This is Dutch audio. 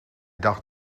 dacht